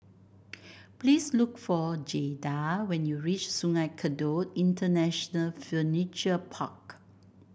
please look for Jayda when you reach Sungei Kadut International Furniture Park